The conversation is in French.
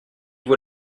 vous